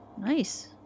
Nice